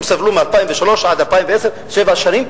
הם סבלו מ-2003 עד 2010, שבע שנים.